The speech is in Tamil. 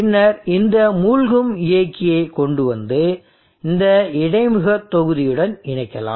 பின்னர் இந்த மூழ்கும் இயக்கியை கொண்டு வந்து இந்த இடைமுகத் தொகுதியுடன் இணைக்கலாம்